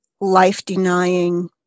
life-denying